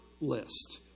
list